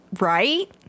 right